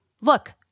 Look